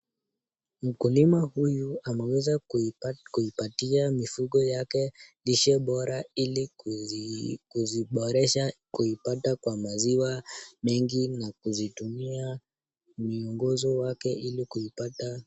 Mkulima huyu anaweza kuipatia mifugo yake lishe bora ilikuziboresha kuipata kwa maziwa mengi na kuzitumia miongozo wake ili kuipata.